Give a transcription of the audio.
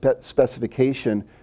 specification